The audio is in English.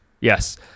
Yes